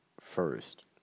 first